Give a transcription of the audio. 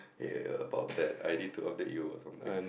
ya about that I need to update you or some things